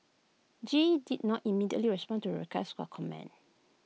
G E did not immediately respond to requests for comment